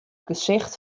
gesicht